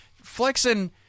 flexing